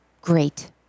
great